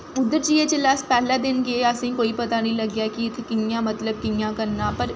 उद्धर जाइयै जिसलै अस पैह्ले दिन गे कोई पता निं लग्गेआ कि इत्थै मतलब कि'यां करना